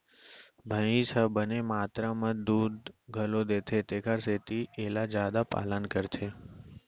भईंस ह बने मातरा म दूद घलौ देथे तेकर सेती एला जादा पालन करथे